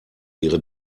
ihre